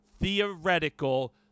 theoretical